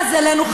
למזלנו,